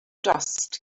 dust